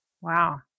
Wow